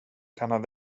han